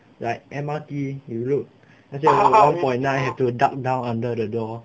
like mrt you look 那些 one point nine have to duck down under the door